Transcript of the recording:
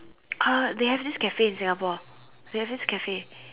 uh they have this Cafe in Singapore they have this Cafe